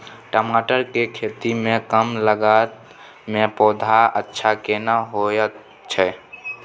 टमाटर के खेती में कम लागत में पौधा अच्छा केना होयत छै?